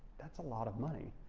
that's a lot of money.